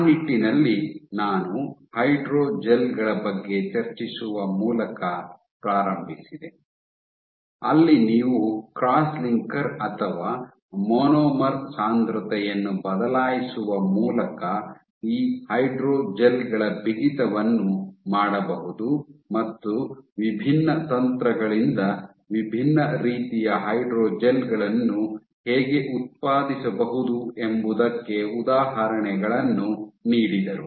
ಆ ನಿಟ್ಟಿನಲ್ಲಿ ನಾನು ಹೈಡ್ರೋಜೆಲ್ ಗಳ ಬಗ್ಗೆ ಚರ್ಚಿಸುವ ಮೂಲಕ ಪ್ರಾರಂಭಿಸಿದೆ ಅಲ್ಲಿ ನೀವು ಕ್ರಾಸ್ ಲಿಂಕರ್ ಅಥವಾ ಮೊನೊಮರ್ ಸಾಂದ್ರತೆಯನ್ನು ಬದಲಾಯಿಸುವ ಮೂಲಕ ಈ ಹೈಡ್ರೋಜೆಲ್ ಗಳ ಬಿಗಿತವನ್ನು ಮಾಡಬಹುದು ಮತ್ತು ವಿಭಿನ್ನ ತಂತ್ರಗಳಿಂದ ವಿಭಿನ್ನ ರೀತಿಯ ಹೈಡ್ರೋಜೆಲ್ ಗಳನ್ನು ಹೇಗೆ ಉತ್ಪಾದಿಸಬಹುದು ಎಂಬುದಕ್ಕೆ ಉದಾಹರಣೆಗಳನ್ನು ನೀಡಿದರು